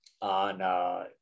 on